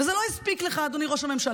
וזה לא הספיק לך, אדוני ראש הממשלה,